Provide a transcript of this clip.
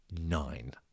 nine